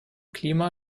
klima